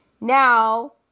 Now